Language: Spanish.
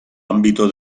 ámbito